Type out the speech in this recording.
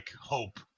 hope